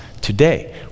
today